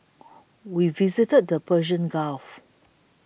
we visited the Persian Gulf